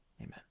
Amen